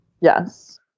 Yes